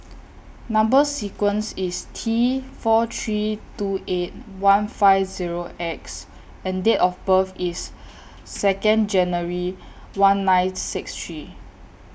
Number sequence IS T four three two eight one five Zero X and Date of birth IS Second January one nine six three